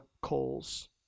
coals